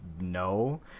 no